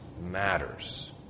matters